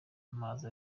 mazi